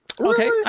Okay